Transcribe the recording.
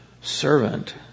servant